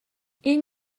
این